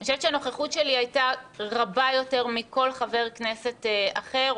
אני חושבת שהנוכחות שלי הייתה רבה יותר מכל חבר כנסת אחר,